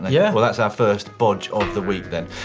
yeah. well that's our first bodge of the week then.